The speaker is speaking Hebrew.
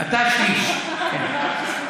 אתה שליש, כן.